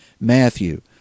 Matthew